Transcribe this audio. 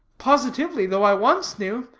positively, though i once knew,